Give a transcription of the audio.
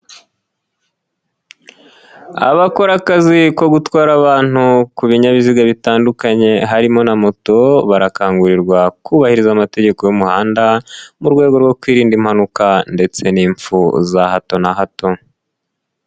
Abakora akazi ko gutwara abantu ku binyabiziga bitandukanye harimo na moto barakangurirwa kubahiriza amategeko y'umuhanda, mu rwego rwo kwirinda impanuka ndetse n'impfu za hato na hato.